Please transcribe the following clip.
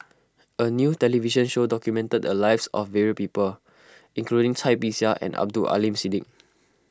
a new television show documented the lives of various people including Cai Bixia and Abdul Aleem Siddique